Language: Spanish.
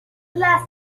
las